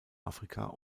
afrika